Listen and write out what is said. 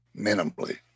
minimally